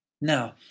Now